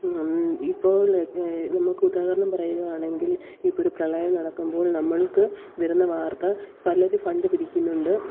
ഇപ്പോൾ നമുക്ക് ഉദാഹരണം പറയുകയാണെങ്കിൽ ഇപ്പോൾ ഒരു പ്രളയം നടക്കുമ്പോൾ നമ്മൾക്ക് വരുന്ന വാർത്ത പലർ ഫണ്ട് പിരിക്കുന്നുണ്ട്